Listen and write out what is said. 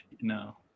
No